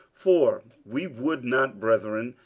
for we would not, brethren,